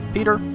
Peter